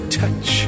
touch